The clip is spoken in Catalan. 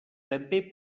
també